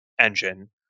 engine